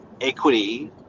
equity